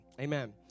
Amen